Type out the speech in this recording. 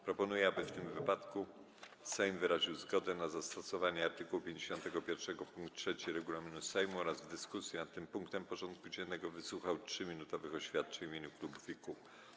Proponuję, aby w tym przypadku Sejm wyraził zgodę na zastosowanie art. 51 pkt 3 regulaminu Sejmu oraz w dyskusji nad tym punktem porządku dziennego wysłuchał 3-minutowych oświadczeń w imieniu klubów i kół.